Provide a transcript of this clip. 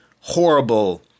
horrible